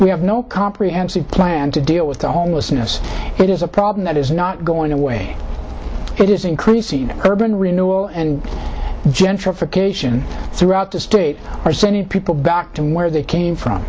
we have no comprehensive plan to deal with the homelessness it is a problem that is not going away it is increasing urban renewal and gentrification throughout the state are sending people back to where they came from